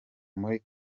muri